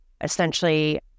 essentially